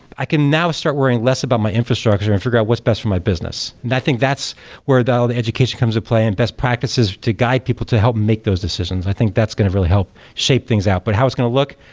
i can now start worrying less about my infrastructure and figure out what's best for my business. and i think that's where the education comes to play and best practices to guide people to help make those decisions. i think that's going to really help shape things out. but how it's going to look?